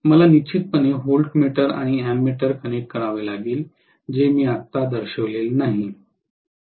मला निश्चितपणे व्होल्टमीटर आणि अॅमेटर कनेक्ट करावे लागेल जे मी आत्ता दर्शविलेले नाही